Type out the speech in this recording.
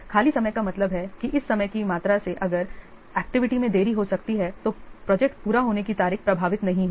खाली समय का मतलब है कि इस समय की मात्रा से अगर एक्टिविटी में देरी हो सकती है तो प्रोजेक्ट पूरा होने की तारीख प्रभावित नहीं होगी